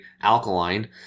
alkaline